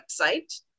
website